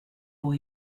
pour